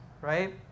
right